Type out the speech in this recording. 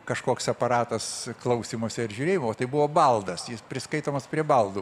kažkoks aparatas klausymosi ar žiūrėjimo o tai buvo baldas jis priskaitomas prie baldų